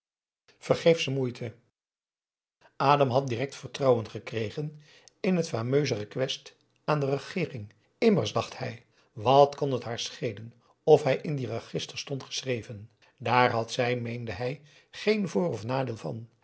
vergeefsche moeite adam had direct vertrouwen gekregen in het fameuse request aan de regeering immers dacht hij wat kon het haar schelen of hij in die registers stond geschreven daar had zij meende hij geen voor of nadeel van